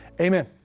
Amen